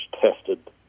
tested